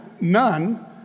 none